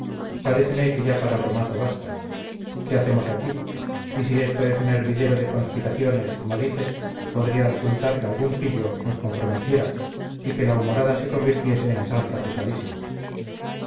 pausa paréceme que ya para bromazo basta qué hacemos aquí y si esto es un hervidero de conspiraciones como dices podría resultar que algún pillo nos comprometiera y que la humorada se convirtiese en chanza pesadísima